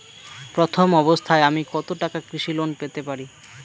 প্রথম অবস্থায় আমি কত টাকা কৃষি লোন পেতে পারি?